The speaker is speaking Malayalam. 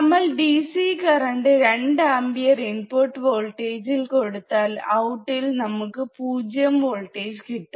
നമ്മൾ DC കരണ്ട് 2 ആമ്പിയർ ഇൻപുട്ട് വോൾട്ടേജിൽ കൊടുത്താൽ ഔട്ടിൽ നമുക്ക് പൂജ്യം വോൾട്ടേജ് കിട്ടും